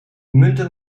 munten